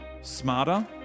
Smarter